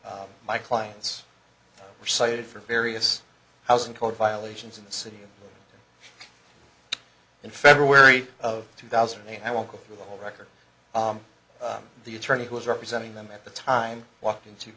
r my clients were cited for various housing code violations in the city in february of two thousand and eight i won't go through the whole record the attorney who was representing them at the time walked into